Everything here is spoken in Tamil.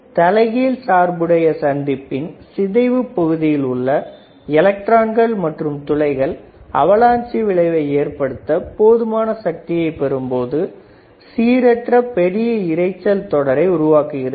தலைகீழ் சார்புடைய சந்திப்பின் சிதைவு பகுதியில் உள்ள எலக்ட்ரான்கள் மற்றும் துளைகள் அவலாஞ்சி விளைவை ஏற்படுத்த போதுமான சக்தியைப் பெறும்போது சீரற்ற பெரிய இரைச்சல் தொடரை உருவாக்குகிறது